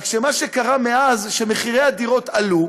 רק מה שקרה מאז הוא שמחירי הדירות עלו,